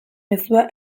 mezua